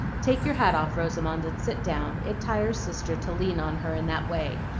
take your hat off, rosamond, and sit down. it tires sister to lean on her in that way,